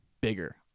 bigger